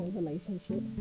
relationship